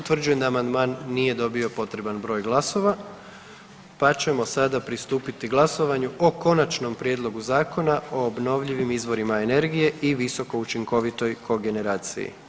Utvrđujem da amandman nije dobio potreban broj glasova, pa ćemo sada pristupiti glasovanju o Konačnom prijedlogu Zakona o obnovljivim izvorima energije i visoko učinkovitoj kogeneraciji.